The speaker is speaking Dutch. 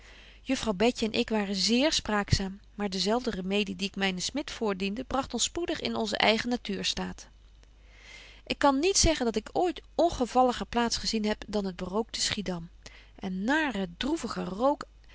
juffrouw betje en ik waren zéér spraakzaam maar dezelfde remedie die ik mynen smit voordiende bragt ons spoedig in onzen eigen natuurstaat ik kan niet zeggen dat ik ooit ongevalliger plaats gezien heb dan het berookte schiedam een nare droevige rook